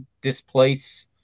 displace